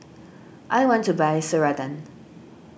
I want to buy Ceradan